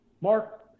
Mark